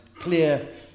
clear